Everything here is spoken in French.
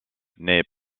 nait